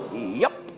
yep,